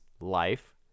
life